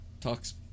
talks